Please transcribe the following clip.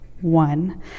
one